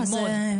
ללמוד.